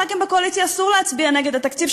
לחברי כנסת בקואליציה אסור להצביע נגד התקציב,